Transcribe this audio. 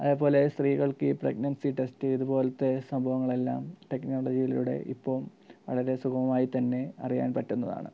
അതുപോലെ സ്ത്രീകൾക്കി pregnancy test ഇതുപോലത്തെ സംഭവങ്ങളെല്ലാം ടെക്നോളജിയിലൂടെ ഇപ്പം വളരെ സുഗമമായി തന്നെ അറിയാൻ പറ്റുന്നതാണ്